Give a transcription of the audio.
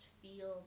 feel